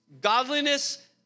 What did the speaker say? godliness